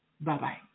Bye-bye